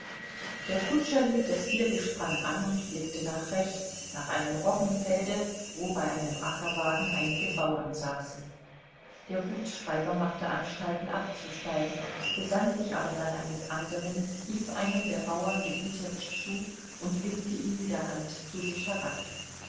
der kutscher hielt das viergespann an und blickte nach rechts nach einem roggenfelde wo bei einem ackerwagen einige bauern saßen der gutsschreiber machte anstalten abzusteigen besann sich aber dann eines anderen rief einem der bauern gebieterisch zu und winkte ihn mit der hand zu sich heran